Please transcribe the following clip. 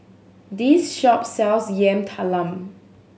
this shop sells Yam Talam